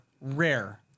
rare